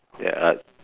ya uh